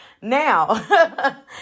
now